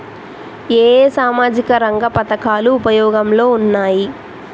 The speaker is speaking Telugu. ఏ ఏ సామాజిక రంగ పథకాలు ఉపయోగంలో ఉన్నాయి?